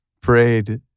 prayed